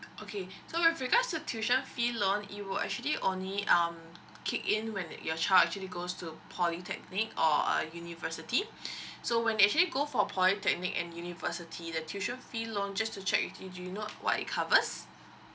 okay with regards to tuition fee loan it will actually only um kick in when the your child actually goes to polytechnic or a university so when they actually go for polytechnic and university the tuition fee loan just to check with you do you know what it covers